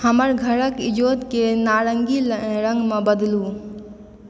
हमर घरक इजोतके नारङ्गी रङ्गमे बदलू